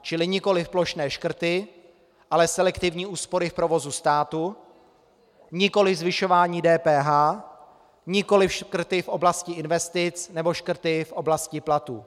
Čili nikoliv plošné škrty, ale selektivní úspory v provozu státu, nikoliv zvyšování DPH, nikoliv škrty v oblasti investic nebo škrty v oblasti platů.